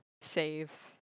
save